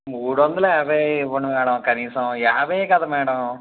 మూడు వందల యాభై ఇవ్వండి మేడం కనీసం యాభైయే కదా మేడం